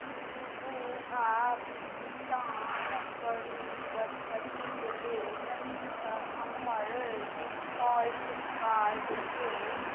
छूबु आ भुगतान करू पद्धतिक लेल हमर डिफाल्ट कार्डके